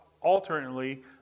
alternately